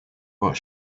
what